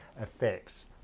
effects